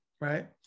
right